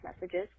messages